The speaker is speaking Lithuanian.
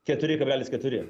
keturi kablelis keturi